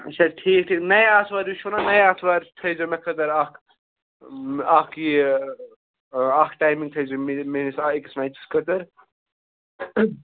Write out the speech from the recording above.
اَچھا ٹھیٖک ٹھیٖک نَیے آتھوارِ یُس چھُنا نَیہِ آتھوارِ تھٲوِزیٚو مےٚ خٲطرٕ اَکھ اَکھ یہِ اَکھ ٹایمِنٛگ تھٲوِزیٚو میٛٲنِس میٛٲنِس أکِس میچَس خٲطٕر